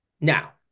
Now